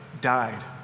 died